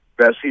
Bessie